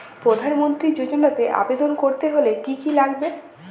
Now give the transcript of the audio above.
প্রধান মন্ত্রী যোজনাতে আবেদন করতে হলে কি কী লাগবে?